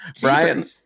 Brian